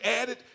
added